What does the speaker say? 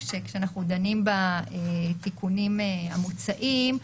כשאנחנו דנים בתיקונים המוצעים,